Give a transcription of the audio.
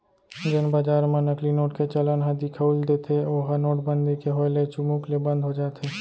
जेन बजार म नकली नोट के चलन ह दिखउल देथे ओहा नोटबंदी के होय ले चुमुक ले बंद हो जाथे